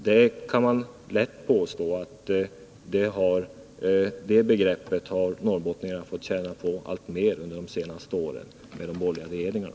Det är lätt att påstå att norrbottningarna har fått känna på begreppet alltmer under de senaste åren med de borgerliga regeringarna.